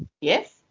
Yes